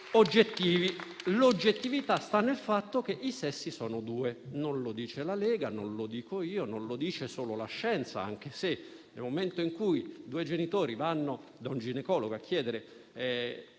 L'oggettività sta nel fatto che i sessi sono due: non lo dice la Lega, non lo dico io e non lo dice solo la scienza, anche se, nel momento in cui due genitori vanno da un ginecologo a chiedere